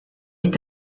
est